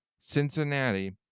Cincinnati